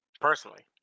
personally